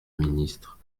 ministre